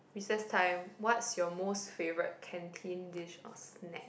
recess time what's your most favourite canteen dish or snack